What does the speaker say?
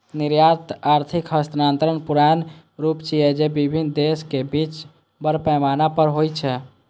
निर्यात आर्थिक हस्तांतरणक पुरान रूप छियै, जे विभिन्न देशक बीच बड़ पैमाना पर होइ छै